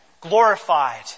Glorified